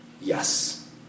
Yes